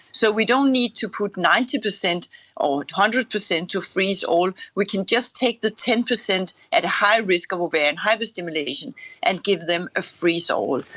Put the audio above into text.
so we don't need to put ninety percent or one hundred percent to freeze-all, we can just take the ten percent at high risk of ovarian hyperstimulation and give them a freeze-all.